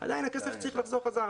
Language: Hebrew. עדיין הכסף צריך לחזור בחזרה.